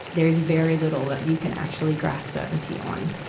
there is very little that you can actually grasp certainty on.